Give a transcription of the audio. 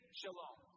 shalom